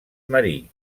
marí